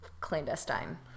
clandestine